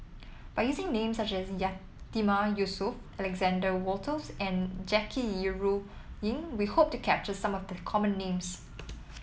by using names such as Yatiman Yusof Alexander Wolters and Jackie Yi Ru Ying we hope to capture some of the common names